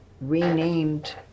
renamed